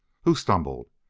who stumbled?